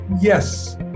Yes